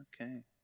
okay